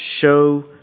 show